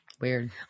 Weird